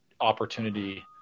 opportunity